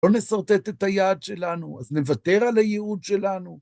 לא נשרטט את היעד שלנו, אז נוותר על הייעוד שלנו.